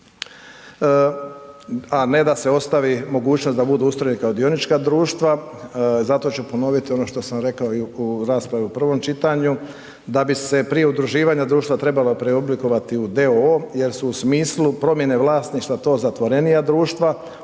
a ne da se ostavi mogućnost da budu ustrojeni kao dionička društva, zato ću ponovit ono što sam rekao i u raspravi u prvom čitanju, da bi se prije udruživanja društva trebala preoblikovati u d.o.o. jer su u smislu promjene vlasništva to zatvorenija društva,